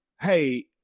hey